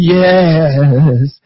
yes